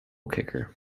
kicker